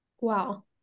Wow